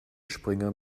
springer